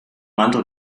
mantel